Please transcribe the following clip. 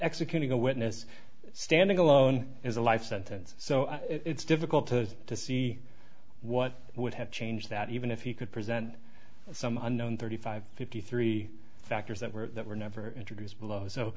executing a witness standing alone is a life sentence so it's difficult to to see what would have changed that even if you could present some unknown thirty five fifty three factors that were that were never introduced below so